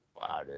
Wow